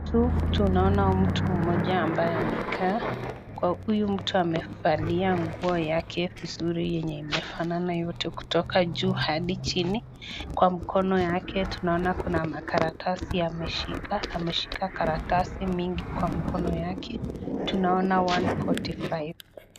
Huku tunaona mtu mmoja ambaye amekaa. Huyu mtu amevalia nguo yake vizuri yenye inafanana yote kutoka juu hadi chini. Kwa mkono yake tunaona kuna makaratasi ameshika, ameshika karatasi mingi kwa mkono yake. Tunaona one forty five .